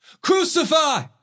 Crucify